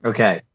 Okay